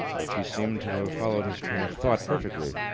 but she seemed to have followed his train of thought perfectly.